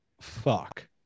fuck